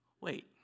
Wait